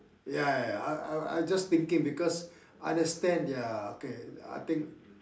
ya ya ya I I I just thinking because understand their okay I think